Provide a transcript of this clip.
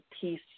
peace